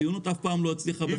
ציונות אף פעם לא הצליחה בחקלאות.